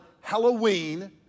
Halloween